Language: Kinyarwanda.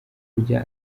kujya